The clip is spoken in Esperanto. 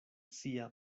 sia